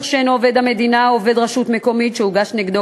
שאינו עובד מדינה או עובד רשות מקומית שהוגש נגדו